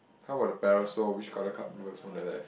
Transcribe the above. how about the parasol which colour come first on the left